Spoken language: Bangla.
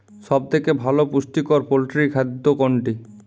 সব থেকে ভালো পুষ্টিকর পোল্ট্রী খাদ্য কোনটি?